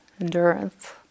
endurance